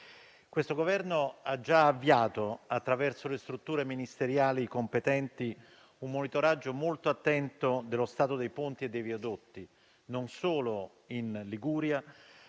Questo Governo ha già avviato, attraverso le strutture ministeriali competenti, un monitoraggio molto attento dello stato dei ponti e dei viadotti, non solo in Liguria,